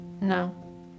No